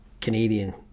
Canadian